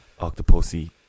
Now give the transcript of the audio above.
Octopussy